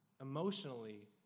emotionally